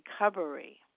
recovery